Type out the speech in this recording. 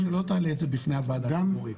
אני מציע שלא תעלה את זה בפני הוועדה הציבורית.